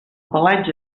pelatge